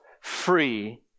free